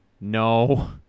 No